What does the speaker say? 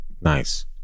nice